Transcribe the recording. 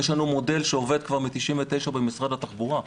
יש לנו מודל שעובד כבר מ-99' במשרד התחבורה.